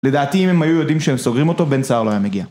לדעתי אם הם היו יודעים שהם סוגרים אותו, בן סער לא היה מגיע